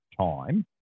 time